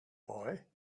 boy